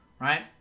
right